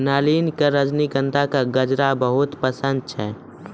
नलिनी कॅ रजनीगंधा के गजरा बहुत पसंद छै